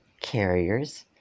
carriers